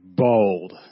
Bold